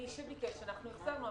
מי שביקש, אנחנו החזרנו.